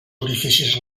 orificis